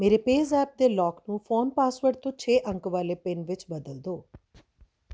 ਮੇਰੇ ਪੇਜ਼ੈਪ ਦੇ ਲੌਕ ਨੂੰ ਫ਼ੋਨ ਪਾਸਵਰਡ ਤੋਂ ਛੇ ਅੰਕ ਵਾਲੇ ਪਿੰਨ ਵਿੱਚ ਬਦਲ ਦਿਉ